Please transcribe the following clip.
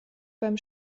beim